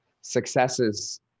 successes